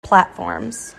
platforms